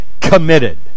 committed